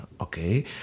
okay